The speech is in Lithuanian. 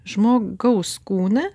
žmogaus kūną